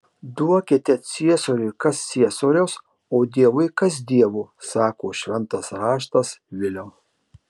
duokite ciesoriui kas ciesoriaus o dievui kas dievo sako šventas raštas viliau